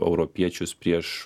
europiečius prieš